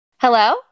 Hello